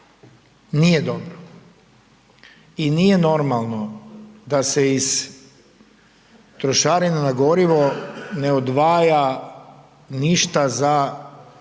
nije dobro. I nije normalno da se iz trošarine na gorivo ne odvaja ništa za